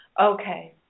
Okay